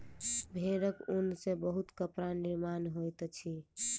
भेड़क ऊन सॅ बहुत कपड़ा निर्माण होइत अछि